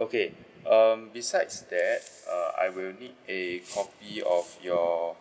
okay um besides that uh I will need a copy of your